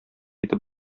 итеп